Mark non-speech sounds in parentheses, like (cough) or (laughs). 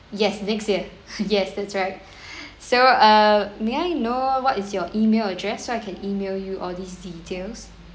yes next year (laughs) yes that's right (breath) so err may I know what is your email address so I can email you all these details